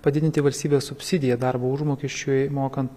padidinti valstybės subsidiją darbo užmokesčiui mokant